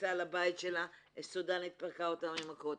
בכניסה לבית שלה סודנית פירקה אותה במכות.